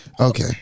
okay